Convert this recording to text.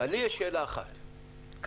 לי יש שאלה אחת כרגע: